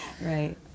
Right